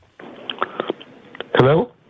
Hello